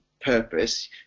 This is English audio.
purpose